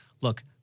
Look